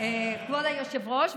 כבוד היושב-ראש,